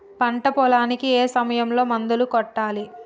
పంట పొలానికి ఏ సమయంలో మందులు కొట్టాలి?